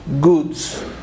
goods